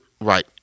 right